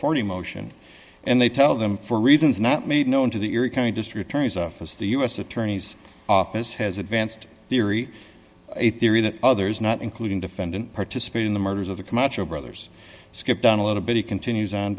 forty motion and they tell them for reasons not made known to the erie county district attorney's office the u s attorney's office has advanced theory a theory that others not including defendant participate in the murders of the camacho brothers skip down a little bit he continues on